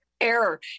Error